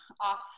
off